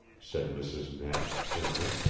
said mrs. knapp gently.